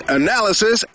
analysis